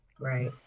right